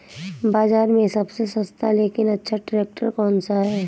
बाज़ार में सबसे सस्ता लेकिन अच्छा ट्रैक्टर कौनसा है?